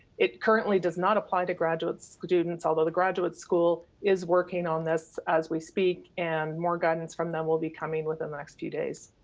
it currently does not apply to graduate students, although the graduate school is working on this as we speak and more guidance from them will be coming within the next few days.